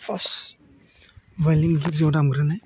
first भाय'लिन गिर्जायाव दामग्रोनाय